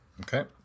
Okay